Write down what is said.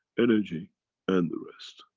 energy and the rest.